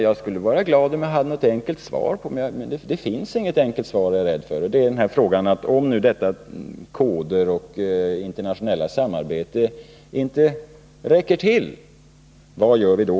Jag skulle vara glad, om jag hade ett enkelt svar på den, men det finns inget sådant, är jag rädd. Den frågan är: Om dessa koder och detta internationella samarbete inte räcker till, vad gör vi då?